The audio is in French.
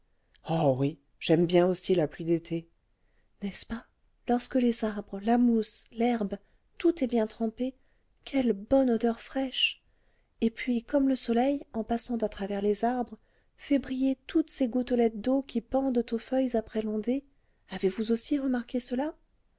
oh oui j'aime bien aussi la pluie d'été n'est-ce pas lorsque les arbres la mousse l'herbe tout est bien trempé quelle bonne odeur fraîche et puis comme le soleil en passant à travers les arbres fait briller toutes ces gouttelettes d'eau qui pendent aux feuilles après l'ondée avez-vous aussi remarqué cela